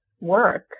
work